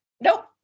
Nope